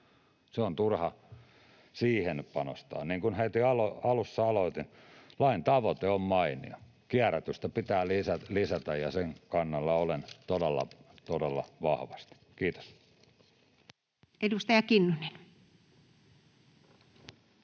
On turha siihen panostaa. Niin kuin heti alussa aloitin, lain tavoite on mainio: kierrätystä pitää lisätä, ja sen kannalla olen todella, todella vahvasti. — Kiitos. [Speech